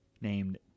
named